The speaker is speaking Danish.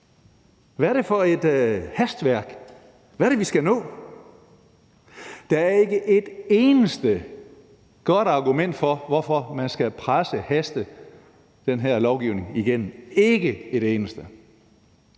Hvad er det for et hastværk? Hvad er det, vi skal nå? Der er ikke et eneste godt argument for, hvorfor man skal presse og haste den her lovgivning igennem – ikke et eneste.